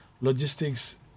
logistics